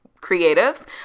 creatives